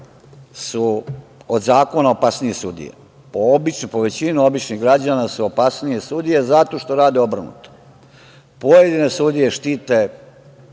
su od zakona opasnije sudije. Po većinu običnih građana su opasnije sudije zato što rade obrnuto. Pojedine sudije štite